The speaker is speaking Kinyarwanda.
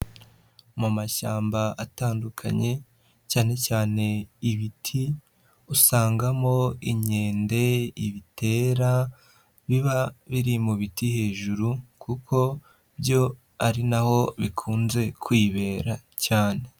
Mu mashyamba atandukanye cyane cyane ibiti, usangamo inkende, ibitera, biba biri mu biti hejuru kuko byo ari na ho bikunze kwibera cyane.